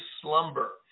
slumber